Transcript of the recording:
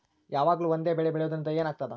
ಯಾವಾಗ್ಲೂ ಒಂದೇ ಬೆಳಿ ಬೆಳೆಯುವುದರಿಂದ ಏನ್ ಆಗ್ತದ?